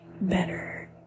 better